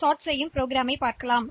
மற்றொரு ப்ரோக்ராம்ப் பார்ப்போம்